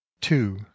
two